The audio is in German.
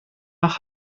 nach